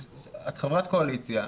את חברת קואליציה.